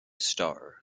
starr